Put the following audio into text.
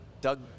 Doug